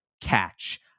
catch